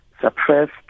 suppressed